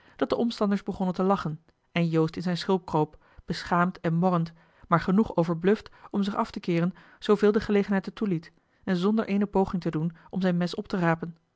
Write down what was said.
dat de omstanders begonnen te lachen en joost in zijn schulp kroop beschaamd en morrend maar genoeg overbluft om zich af te keeren zooveel de gelegenheid het toeliet en zonder eene poging te doen om zijn mes op te rapen